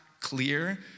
clear